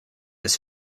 his